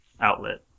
outlet